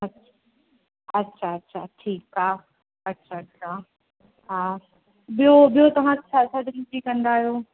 अच्छा अच्छा अच्छा ठीकु आहे अच्छा अच्छा हा ॿियो ॿियो तव्हां छा छा डिलीवरी कंदा आहियो